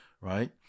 right